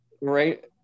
Right